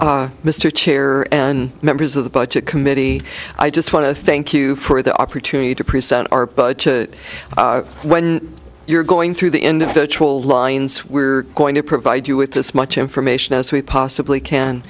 yes mr chair and members of the budget committee i just want to thank you for the opportunity to present our budget when you're going through the end lines we're going to provide you with this much information as we possibly can